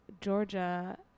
Georgia